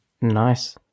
Nice